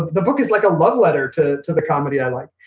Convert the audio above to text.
the book is like a love letter to to the comedy i like.